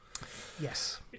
Yes